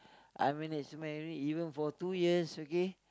I managed my urine even for two years okay